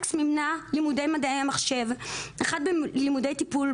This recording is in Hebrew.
אלכס מימנה לימודי מדעי המחשב, אחת בלימודי טיפול.